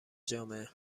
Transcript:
جامعه